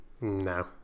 No